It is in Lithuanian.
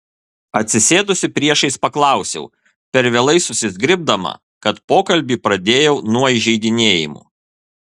atsisėdusi priešais paklausiau per vėlai susizgribdama kad pokalbį pradėjau nuo įžeidinėjimų